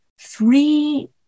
three